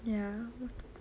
ya